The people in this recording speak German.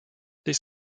ließ